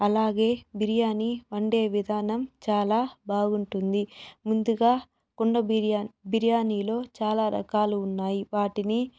అలాగే బిర్యానీ వండే విధానం చాలా బాగుంటుంది ముందుగా కుండ బిర్యానీ బిర్యానీలో చాలా రకాలు ఉన్నాయి వాటిని